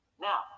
Now